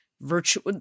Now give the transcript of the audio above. virtual –